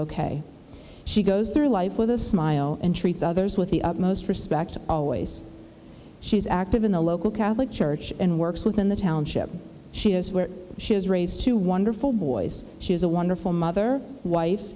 ok she goes through life with a smile and treats others with the utmost respect always she is active in the local catholic church and works within the township she is where she has raised two wonderful boys she is a wonderful mother wife